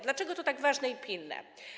Dlaczego to jest tak ważne i pilne?